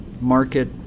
market